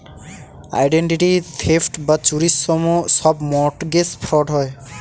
identity theft বা চুরির সব মর্টগেজ ফ্রড হয়